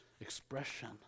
expression